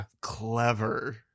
clever